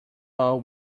all